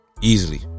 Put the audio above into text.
Easily